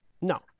no